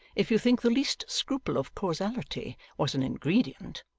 if you think the least scruple of causality was an ingredient